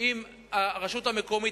עם הרשות המקומית,